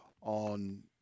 on